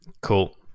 Cool